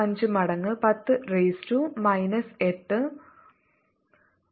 35 മടങ്ങ് 10 raise to minus 8 minus 6 newton ആണ്